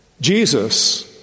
Jesus